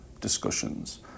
discussions